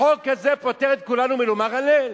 החוק הזה פוטר את כולנו מלומר "הלל",